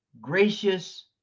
gracious